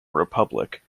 republic